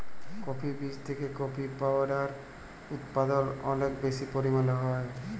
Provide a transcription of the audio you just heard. coffee বীজ থেকে coffee powder উদপাদল অলেক বেশি পরিমালে হ্যয়